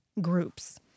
groups